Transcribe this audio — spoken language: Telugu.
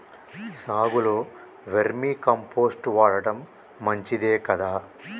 సాగులో వేర్మి కంపోస్ట్ వాడటం మంచిదే కదా?